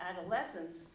adolescence